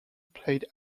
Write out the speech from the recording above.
played